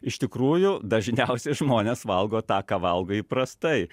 iš tikrųjų dažniausiai žmonės valgo tą ką valgo įprastai